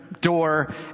door